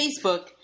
Facebook